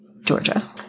Georgia